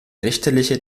richterliche